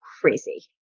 crazy